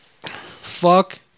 Fuck